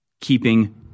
keeping